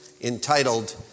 entitled